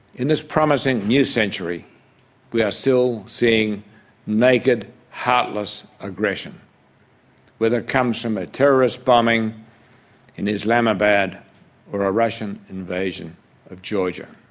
in this promising new century we are still seeing naked, heartless aggression whether it comes from a terrorist bombing in islamabad or a russian invasion of georgia.